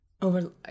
Over